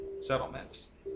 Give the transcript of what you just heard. settlements